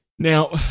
Now